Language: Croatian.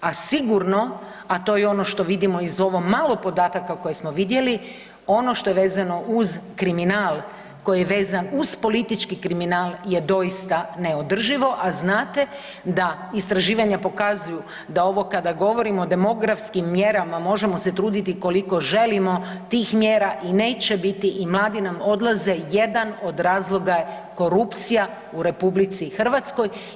A sigurno, a to je ono što vidimo iz ovo malo podataka koje smo vidjeli ono što je vezano uz kriminal koji je vezan uz politički kriminal je doista neodrživo, a znate da istraživanja pokazuju da ovo kada govorimo o demografskim mjerama možemo se truditi koliko želimo tih mjera i neće biti i mladi nam odlaze, jedan od razloga je korupcija u RH